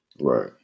Right